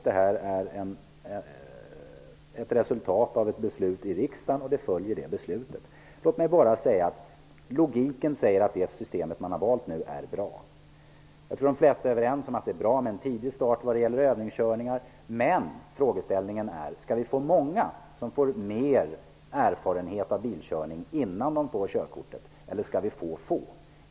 Det här är resultatet av ett beslut, och det beslutet följs. Logiken säger att nu valda system är bra. Jag tror att de flesta är överens om att det är bra med en tidig start vad gäller övningskörning. Frågan är dock om det skall vara många som får mer erfarenhet av bilkörning innan de får sina körkort eller om det skall vara få.